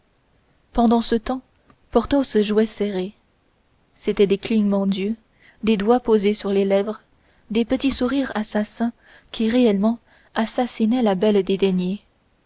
pendant ce temps porthos jouait serré c'était des clignements d'yeux des doigts posés sur les lèvres de petits sourires assassins qui réellement assassinaient la belle